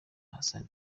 hassan